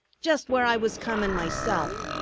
just where i was comin' myself.